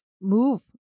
move